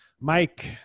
Mike